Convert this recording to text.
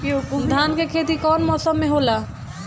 धान के खेती कवन मौसम में होला?